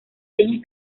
señas